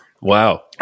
Wow